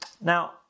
Now